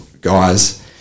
guys